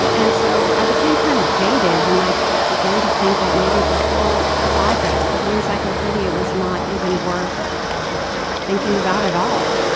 and so i became kind of jaded. and i began to think that maybe the whole project, the encyclopedia, was not even worth thinking about at all.